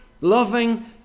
loving